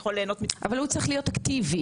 אבל הוא צריך להיות אקטיבי,